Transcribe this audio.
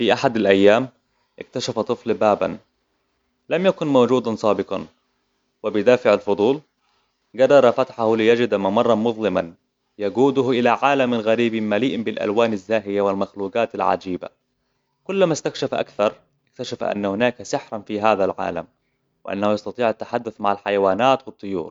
في أحد الأيام اكتشف طفل باباً لم يكن موجود سابقاً وبدافع الفضول قرر فتحه ليجد ممراً مظلماً يقوده إلى عالم غريب مليء بالألوان الزاهية والمخلوقات العجيبة كلما استكشف أكثر اكتشف أن هناك سحر في هذا العالم وأنه يستطيع التحدث مع الحيوانات والطيور